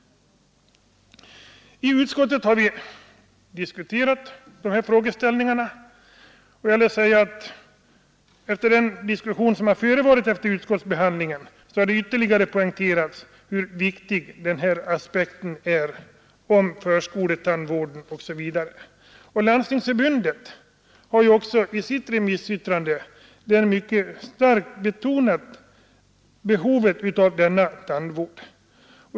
I utskottet har vi diskuterat de här frågeställningarna. Jag vill säga att efter den diskussion som förevarit efter utskottsbehandlingen har det ytterligare poängterats hur viktig den här aspekten av förskoletandvården är. Landstingsförbundet har också i sitt remissyttrande mycket starkt betonat behovet av denna tandvård.